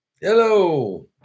hello